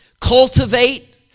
cultivate